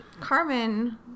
Carmen